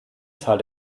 zahl